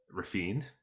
Rafine